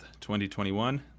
2021